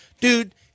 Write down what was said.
Dude